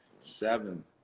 seven